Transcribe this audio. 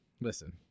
listen